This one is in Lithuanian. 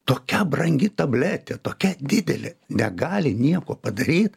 tokia brangi tabletė tokia didelė negali nieko padaryt